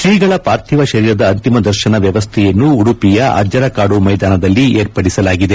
ಶ್ರೀಗಳ ಪಾರ್ಥಿವ ಶರೀರದ ಅಂತಿಮ ದರ್ಶನ ವ್ಯವಸ್ಡೆಯನ್ನು ಉಡುಪಿಯ ಅಜ್ಜರಕಾದು ಮೈದಾನದಲ್ಲಿ ಏರ್ಪಡಿಸಲಾಗಿದೆ